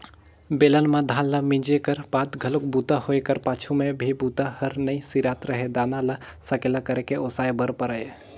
बेलन म धान ल मिंजे कर बाद घलोक बूता होए कर पाछू में भी बूता हर नइ सिरात रहें दाना ल सकेला करके ओसाय बर परय